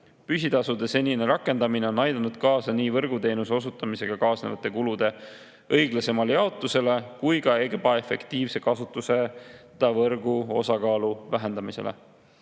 Püsitasude senine rakendamine on aidanud kaasa nii võrguteenuse osutamisega kaasnevate kulude õiglasemale jaotusele kui ka ebaefektiivse, kasutuseta võrgu osakaalu vähendamisele.